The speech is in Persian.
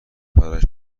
برایش